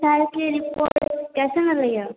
ई साल के रिपोर्ट कइसन एलै